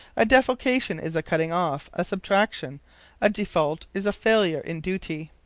a defalcation is a cutting off, a subtraction a default is a failure in duty.